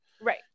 Right